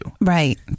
Right